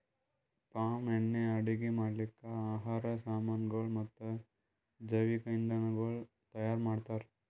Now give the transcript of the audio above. palm ಎಣ್ಣಿ ಅಡುಗಿ ಮಾಡ್ಲುಕ್, ಆಹಾರ್ ಸಾಮನಗೊಳ್ ಮತ್ತ ಜವಿಕ್ ಇಂಧನಗೊಳ್ ತೈಯಾರ್ ಮಾಡ್ತಾರ್